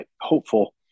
hopeful